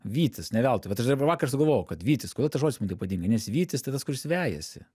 vytis ne veltui vat aš dar vakar sugalvojau kad vytis kodėl tas žodis man taip patinka nes vytis tai tas kuris vejasi